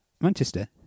Manchester